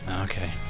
okay